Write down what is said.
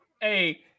hey